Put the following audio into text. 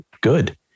good